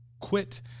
quit